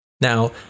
Now